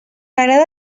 agrada